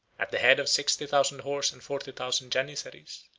at the head of sixty thousand horse and forty thousand janizaries,